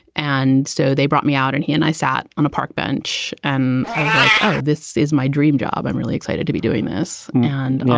and so they brought me out and he and i sat on a park bench and i was like, oh, this is my dream job. i'm really excited to be doing this. and.